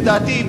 לדעתי,